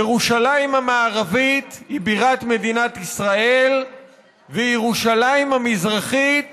ירושלים המערבית היא בירת מדינת ישראל וירושלים המזרחית